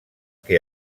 que